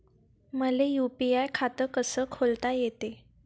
मले यू.पी.आय खातं कस खोलता येते?